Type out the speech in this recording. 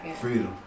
Freedom